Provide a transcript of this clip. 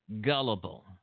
gullible